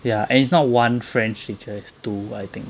ya and it's not one french teacher is two I think